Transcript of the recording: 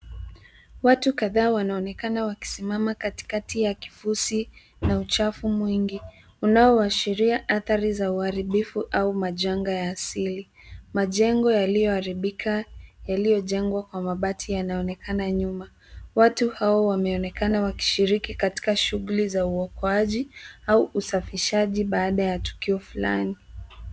Watu kadhaa wanaonekana wakisimama katikati ya kifusi, na uchafu mwingi, unaoashiria athari za uharibifu, au majanga asili. Majengo yalioharibika, yaliojengwa kwa mabati yanaonekana nyuma, watu hao wameonekana wakishiriki katika shughuli za uokoaji, au usafishaji baada ya tukio fulani.